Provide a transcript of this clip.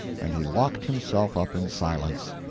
and he locked himself up in silence.